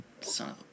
Son